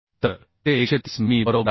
तर ते 130 मिमी बरोबर आहे